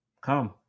Come